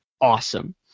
Awesome